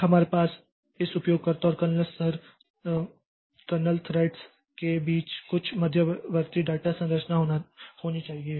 तो हमारे पास इस उपयोगकर्ता और कर्नेल स्तर कर्नेल थ्रेड्स के बीच कुछ मध्यवर्ती डेटा संरचना होनी चाहिए